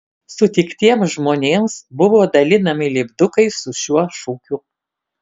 sutiktiems žmonėms buvo dalinami lipdukai su šiuo šūkiu